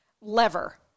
lever